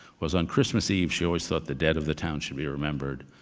was on christmas eve, she always thought the dead of the town should be remembered,